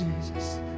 Jesus